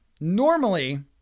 Normally